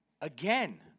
again